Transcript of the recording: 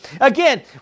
Again